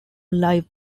live